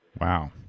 Wow